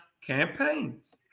campaigns